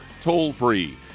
toll-free